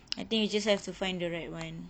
I think you just have to find the right one